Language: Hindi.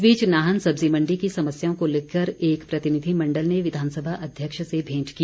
इस बीच नाहन सब्जी मण्डी की समस्याओं को लेकर एक प्रतिनिधि मण्डल ने विधानसभा अध्यक्ष से भेंट की